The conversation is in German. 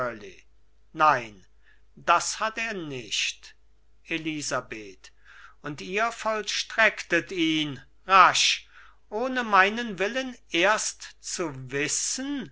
nein das hat er nicht elisabeth und ihr vollstrecktet ihn rasch ohne meinen willen erst zu wissen